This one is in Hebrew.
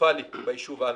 קטסטרופלי ביישוב עלמה.